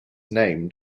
named